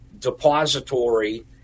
depository